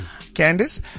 Candice